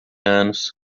anos